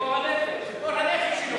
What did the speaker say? ציפור הנפש.